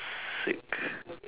sick